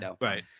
Right